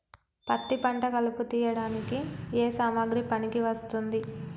పత్తి పంట కలుపు తీయడానికి ఏ సామాగ్రి పనికి వస్తుంది?